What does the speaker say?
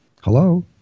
hello